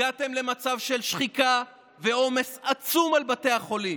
הגעתם למצב של שחיקה ועומס עצום על בתי החולים,